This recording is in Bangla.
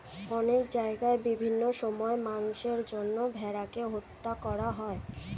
অনেক জায়গায় বিভিন্ন সময়ে মাংসের জন্য ভেড়াকে হত্যা করা হয়